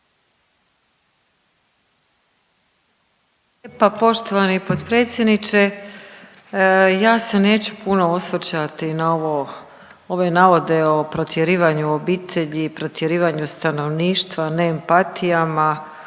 Pa poštovani potpredsjedniče ja se neću puno osvrćati na ovo, ove navode o protjerivanju obitelji, protjerivanju stanovništva, ne empatijama,